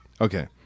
Okay